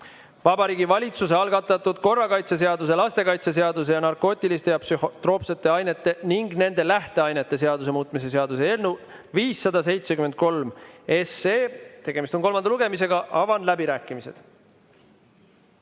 Vabariigi Valitsuse algatatud korrakaitseseaduse, lastekaitseseaduse ja narkootiliste ja psühhotroopsete ainete ning nende lähteainete seaduse muutmise seaduse eelnõu 573. Tegemist on kolmanda lugemisega. Avan läbirääkimised.